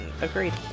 Agreed